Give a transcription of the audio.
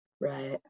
Right